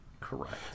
Correct